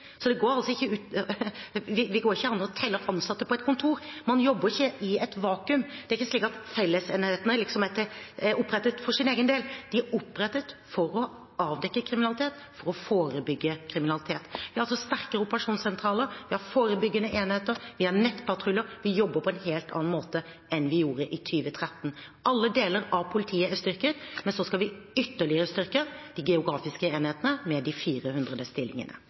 Så det går ikke an å telle opp ansatte på et kontor. Man jobber ikke i et vakuum. Det er ikke slik at fellesenhetene liksom er opprettet for sin egen del. De er opprettet for å avdekke og forebygge kriminalitet. Det er sterke operasjonssentraler, og vi har forebyggende enheter og nettpatruljer. Vi jobber på en helt annen måte enn vi gjorde i 2013. Alle deler av politiet er styrket, men så skal vi styrke de geografiske enhetene ytterligere med de 400 stillingene.